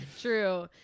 True